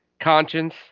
conscience